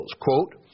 quote